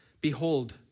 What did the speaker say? Behold